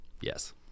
Yes